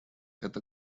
это